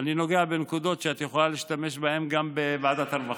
אני נוגע בנקודות שאת יכולה להשתמש בהן גם בוועדת הרווחה.